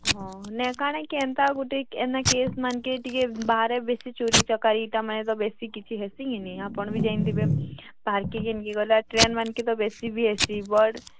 ହଁ ନାଇଁ କାଣା କି ଏନ୍ତା ଗୁଟେ ଏନ୍ତା କେସ୍ମାନ୍କେ ଟିକେ ବାହାରେ ବେଶୀ ଚୋରି ଚକାରୀ ଇଟାମାନେ ତ ବେଶୀ କିଛି ହେସି କି ନେଇଁ ଆପଣ୍ ବି ଜାନିଥିବେ ବାହାର୍କେ କେନ୍କେ ଗଲେ ଆଉ ଟ୍ରେନ୍ମାନ୍କେ ତ ବେଶୀ ବି ହେସି ବଡ଼୍